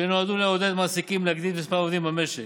שנועדו לעודד מעסיקים להגדיל את מספר העובדים במשק,